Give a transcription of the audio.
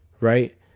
right